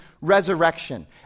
resurrection